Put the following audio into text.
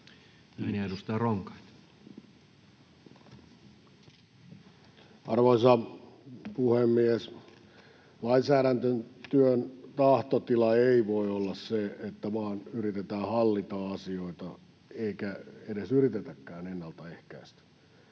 Arvoisa puhemies! Lainsäädäntötyön tahtotila ei voi olla se, että yritetään vain hallita asioita eikä edes yritetäkään ennaltaehkäistä.